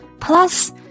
Plus